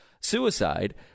suicide